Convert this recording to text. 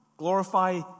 Glorify